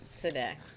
today